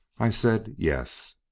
i said, yes.